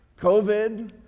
COVID